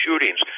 shootings